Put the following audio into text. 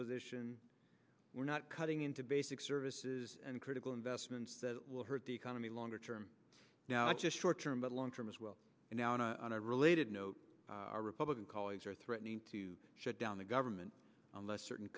position we're not cutting into basic services and critical investments that will hurt the economy longer term now it's just short term but long term as well and now on a related note our republican colleagues are threatening to shut down the government unless certain